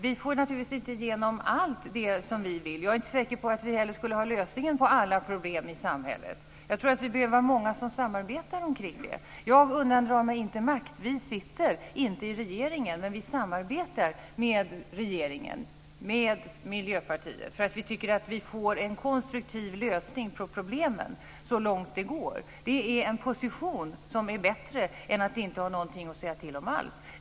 Vi får naturligtvis inte igenom allt som vi vill. Jag är inte heller säker på att vi skulle ha lösningen på alla problem i samhället. Jag tror att vi behöver vara många som samarbetar omkring detta. Jag undandrar mig inte makt. Vi sitter inte i regeringen, men vi samarbetar med regeringen och med Miljöpartiet för att vi tycker att vi får en konstruktiv lösning på problemen så långt det går. Det är en position som är bättre än att inte ha något att säga till om alls.